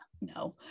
No